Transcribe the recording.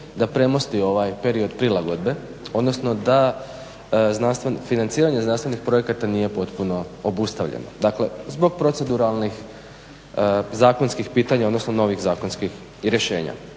da premosti ovaj period prilagodbe, odnosno da financiranje znanstvenih projekata nije potpuno obustavljeno. Dakle zbog proceduralnih zakonskih pitanja, odnosno novih zakonskih rješenja.